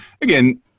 again